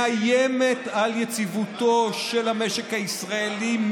מאיימת על יציבותו של המשק הישראלי,